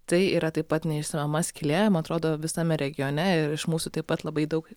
tai yra taip pat neišsemiama skylė man atrodo visame regione ir iš mūsų taip pat labai daug